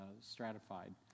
stratified